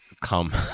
come